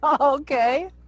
Okay